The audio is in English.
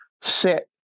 set